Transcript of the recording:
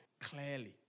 clearly